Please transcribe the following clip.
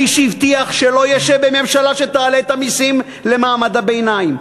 האיש שהבטיח שלא ישב בממשלה שתעלה את המסים למעמד הביניים,